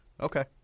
Okay